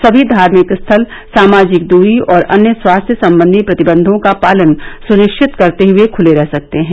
सभी धार्मिक स्थल सामाजिक दूरी और अन्य स्वास्थ्य सम्बंधी प्रतिबद्यों का पालन सुनिश्चित करते हुए खुले रह सकते है